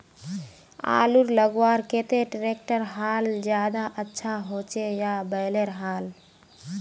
आलूर लगवार केते ट्रैक्टरेर हाल ज्यादा अच्छा होचे या बैलेर हाल?